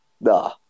Nah